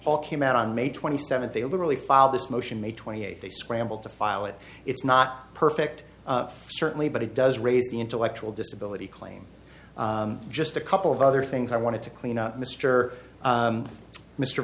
all came out on may twenty seventh they literally filed this motion may twenty eighth they scrambled to file it it's not perfect certainly but it does raise the intellectual disability claim just a couple of other things i wanted to clean out mister